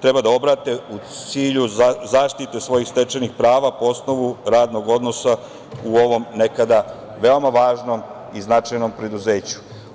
treba da obrate u cilju zaštite svojih stečenih prava po osnovu radnog odnosa u ovom nekada veoma važnom i značajnom preduzeću?